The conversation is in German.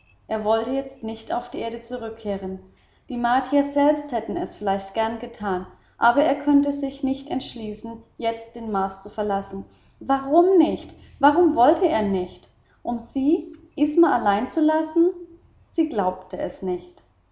er wolle jetzt nicht auf die erde zurückkehren die martier selbst hätten es vielleicht gern gesehen aber er könne sich nicht entschließen jetzt den mars zu verlassen warum nicht warum wollte er nicht um sie isma nicht allein zu lassen sie glaubte es nicht